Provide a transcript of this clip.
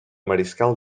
mariscal